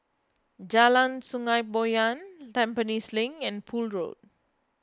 Jalan Sungei Poyan Tampines Link and Poole Road